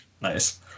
Nice